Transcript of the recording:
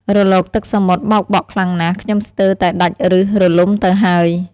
រលកទឹកសមុទ្របោកបក់ខ្លាំងណាស់ ខ្ញុំស្ទើរតែដាច់ប្ញសរលំទៅហើយ។